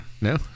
No